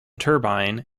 turbine